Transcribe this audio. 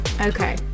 Okay